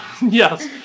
Yes